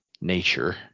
nature